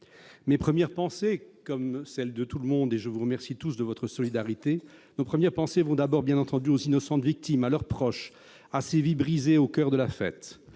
Mes premières pensées comme celles de tout le monde, et je vous remercie tous de votre solidarité, vont d'abord, bien entendu, aux innocentes victimes et à leurs proches, à ces vies brisées au coeur de la fête.